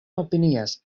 opinias